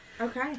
Okay